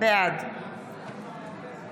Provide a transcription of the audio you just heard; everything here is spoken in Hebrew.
בעד